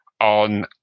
on